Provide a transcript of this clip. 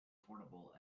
portable